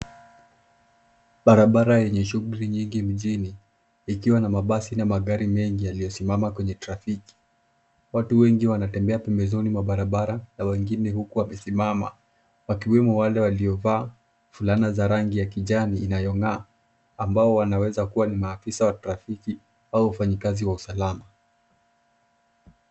Barabara yenye shughuli nyingi mjini ikiwa na mabasi na magari mengi yaliyosimama kwenye trafiki. Watu wengi wanatembea pembezoni mwa barabara na wengine huku wamesimama wakiwemo wale waliovaa fulana za rangi ya kijani inayong'aa ambao wanaweza kuwa ni maafisa wa trafiki au wafanyikazi wa usalama.